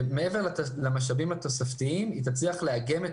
שמעבר למשאבים התוספתיים תצליח גם לאגם את